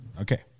Okay